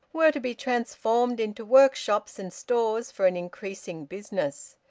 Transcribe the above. were to be transformed into workshops and stores for an increasing business.